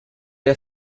der